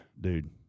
Dude